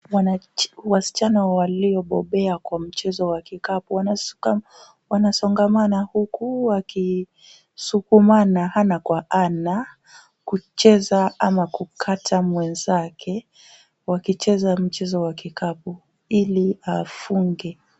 Wasichana waliobobea kwa mchezo wa kikapu wanasongamana huku wakisukumana ana kwa ana, kucheza ama kukata mwenzake wakicheza mchezo wa kikapu ili afunge.